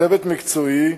צוות מקצועי,